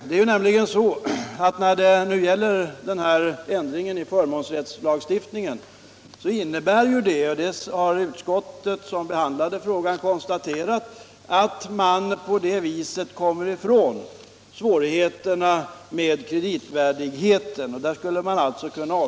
Det utskott som behandlade frågan har konstaterat att ändringar i förmånsrättslagstiftningen innebär att man på det sättet kommer ifrån svårigheterna med kreditvärdigheten.